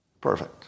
Perfect